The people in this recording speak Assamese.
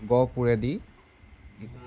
গহপুৰেদি